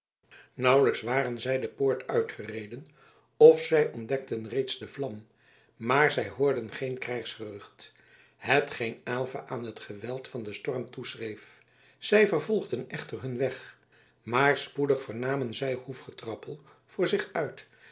nauwelijks waren zij de poort uitgereden of zij ontdekten reeds de vlam maar zij hoorden geen krijgsgerucht hetgeen aylva aan het geweld van den storm toeschreef zij vervolgden echter hun weg maar spoedig vernamen zij hoefgetrappel voor zich uit